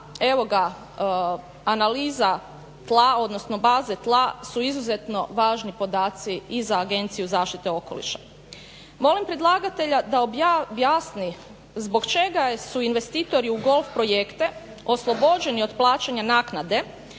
evo ga analiza tla, odnosno baze tla su izuzetno važni podaci i za agenciju zaštite okoliša. Molim predlagatelja da objasni zbog čega su investitori u golf projekte oslobođeni od plaćanja naknade?